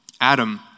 Adam